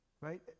right